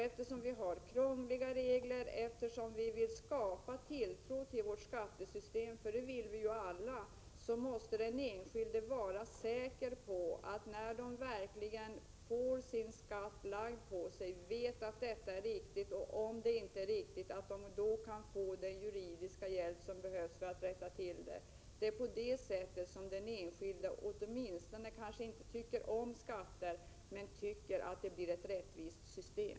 Eftersom reglerna är krångliga och alla vill skapa tilltro till skattesystemet, måste den enskilde vara säker på att han verkligen betalar rätt skatt och att han, om det blir något fel, kan få den juridiska hjälp som behövs för att det skall rättas till. Den enskilde kanske inte tycker om skatter, men på detta sätt kan han åtminstone tycka att det är ett rättvist system.